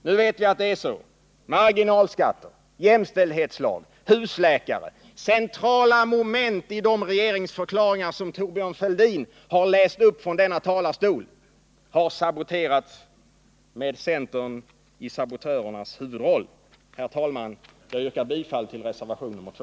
Nu vet vi att det är så: Marginalskatterna, jämställdhetslagen, husläkarsystemet — centrala moment i de regeringsförklaringar som Thorbjörn Fälldin har läst upp från kammarens talarstol — har saboterats med centern i sabotörernas huvudroll. Herr talman! Jag yrkar bifall till reservation 2.